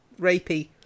rapey